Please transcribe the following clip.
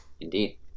Indeed